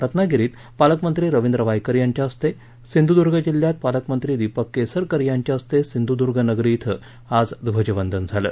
रत्नागिरीत पालकमंत्री रवींद्र वायकर यांच्या हस्ते तर सिंधुद्ग जिल्ह्यात पालकमंत्री दीपक केसरकर यांच्या हस्ते सिंधूर्द्रा नगरी इथं आज ध्वजवंदन झालं